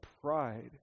pride